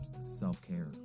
self-care